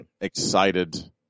Excited